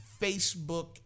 Facebook